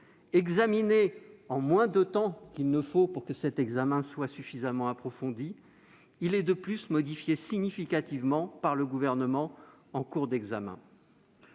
examiné en moins de temps qu'il n'en faut pour que le travail soit suffisamment approfondi, il a de plus été modifié significativement par le Gouvernement en cours de